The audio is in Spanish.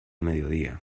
mediodía